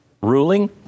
Ruling